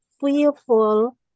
fearful